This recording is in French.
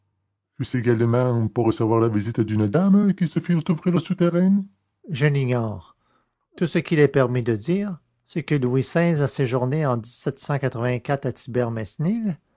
également pour recevoir la visite d'une dame qu'il se fit ouvrir le souterrain je l'ignore tout ce qu'il est permis de dire c'est que louis xvi a séjourné en